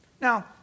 Now